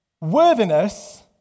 worthiness